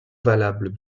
valable